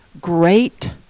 great